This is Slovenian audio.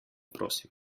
prosim